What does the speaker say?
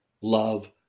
love